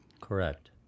Correct